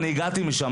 אני הגעתי משם,